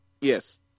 Yes